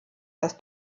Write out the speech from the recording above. das